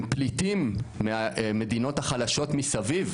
פליטים מהמדינות החלשות מסביב,